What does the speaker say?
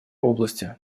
области